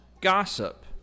gossip